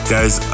Guys